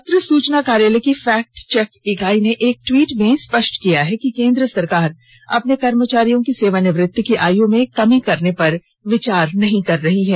पत्र सूचना कार्यालय की फैक्ट चेक इकाई ने एक ट्वीट में स्पष्ट किया है कि केन्द्र सरकार अपने कर्मचारियों की सेवानिवृत्ति की आय में कमी करने पर विचार नहीं कर रही है